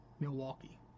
Milwaukee